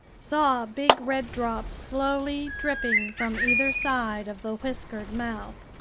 saw big red drops slowly dripping from either side of the whiskered mouth.